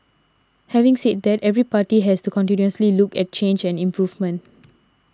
having said that every party has to continuously look at change and improvement